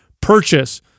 purchase